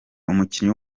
umukinnyi